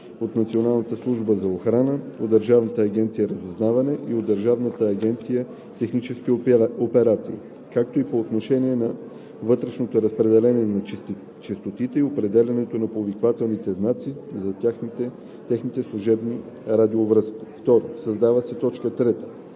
охрана, от Държавна агенция „Разузнаване“ и от Държавна агенция „Технически операции“, както и по отношение на вътрешното разпределение на честотите и определянето на повиквателните знаци за техните служебни радиовръзки;“ 2. Създава се т. 3: „3.